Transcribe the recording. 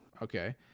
Okay